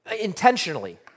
intentionally